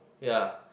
ya